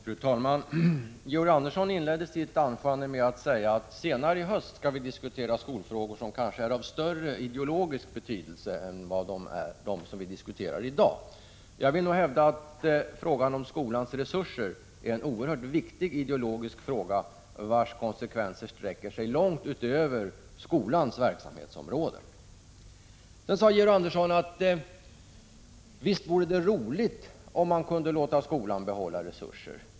Fru talman! Georg Andersson inledde sitt anförande med att säga, att vi i höst skall diskutera skolfrågor som kanske är av större ideologisk betydelse än de frågor som vi diskuterar i dag. Jag vill hävda att frågan om skolans resurser är en oerhört viktig ideologisk fråga, vars konsekvenser sträcker sig långt utöver skolans verksamhetsområde. Sedan sade Georg Andersson: Visst vore det roligt om man kunde låta skolan behålla resurser.